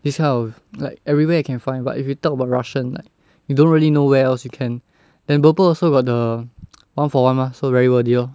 this kind of like everywhere I can find but if you talk about russian like you don't really know where else you can then Burpple also got the one for one mah so very worth it lor